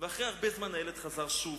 "ואחרי הרבה זמן הילד חזר שוב.